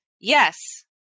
Yes